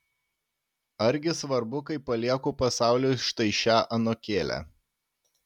argi svarbu kai palieku pasauliui štai šią anūkėlę